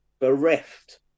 bereft